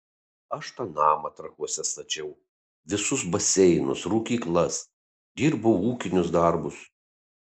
aš tą namą trakuose stačiau visus baseinus rūkyklas dirbau ūkinius darbus